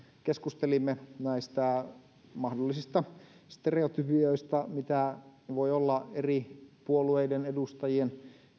keskustelimme näistä mahdollisista stereotypioista mitä voi olla eri puolueiden edustajien